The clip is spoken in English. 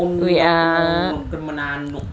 wait ah